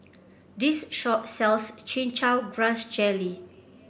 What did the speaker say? this shop sells Chin Chow Grass Jelly